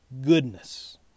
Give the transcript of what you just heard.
goodness